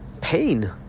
pain